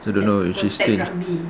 she don't know if she still